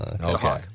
Okay